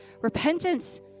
Repentance